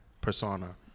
persona